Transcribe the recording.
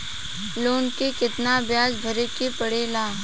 Loan के कितना ब्याज भरे के पड़े ला?